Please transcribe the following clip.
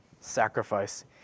sacrifice